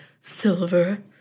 silver